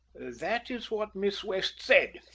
that is what miss west said.